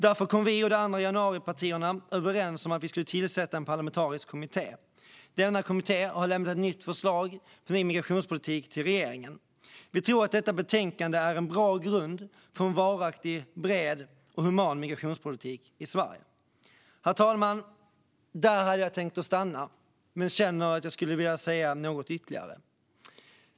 Därför kom vi och de andra januaripartierna överens om att vi skulle tillsätta en parlamentarisk kommitté. Denna kommitté har lämnat ett förslag om ny migrationspolitik till regeringen. Vi tror att detta betänkande är en bra grund för en varaktig, bred och human migrationspolitik i Sverige. Herr talman! Jag hade tänkt avsluta här, men jag känner att jag skulle vilja säga något ytterligare.